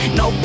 no